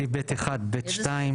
בסעיף (ב1)(1)(ב)(2)